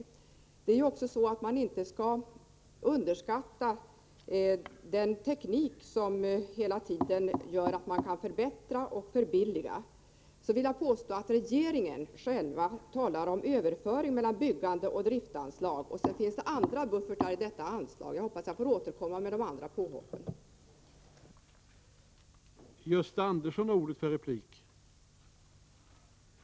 Man skall inte heller underskatta den tekniska utveckling som gör att arbetsmetoderna hela tiden förbättras, så att arbetena kan utföras både bättre och billigare. Därtill kommer att regeringen själv talar om möjlighet att överföra från byggnadstill driftsanslag. Det finns även andra buffertområden inom detta anslag. Jag hoppas att jag får återkomma till Kurt Hugossons övriga angrepp senare.